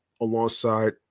alongside